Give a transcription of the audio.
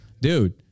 dude